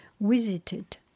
visited